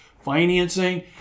financing